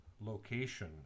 location